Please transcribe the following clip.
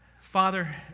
Father